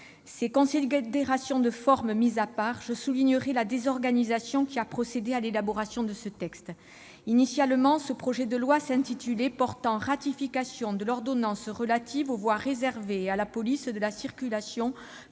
Ces considérations de forme mises à part, je soulignerai la désorganisation qui a procédé à l'élaboration de ce texte. Initialement, ce texte s'intitulait projet de loi portant ratification de l'ordonnance relative aux voies réservées et à la police de la circulation